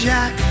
Jack